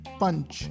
punch